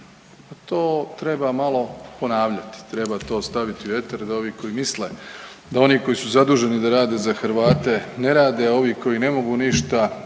zna. To treba malo ponavljati, treba to staviti u eter da ovi koji misle da oni koji su zaduženi da rade za Hrvate ne rade, a ovi koji ne mogu ništa